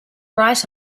right